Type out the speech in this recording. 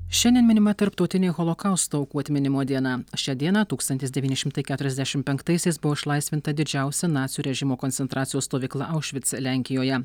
šiandien minima tarptautinė holokausto aukų atminimo diena šią dieną tūkstantis devyni šimtai keturiasdešimt penktaisiais buvo išlaisvinta didžiausia nacių režimo koncentracijos stovykla aušvice lenkijoje